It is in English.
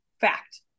fact